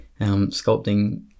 sculpting